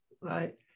right